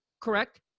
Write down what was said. Correct